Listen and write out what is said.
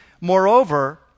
Moreover